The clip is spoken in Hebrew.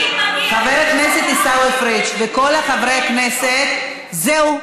חבר הכנסת עיסאווי פריג' וכל חברי הכנסת: זהו,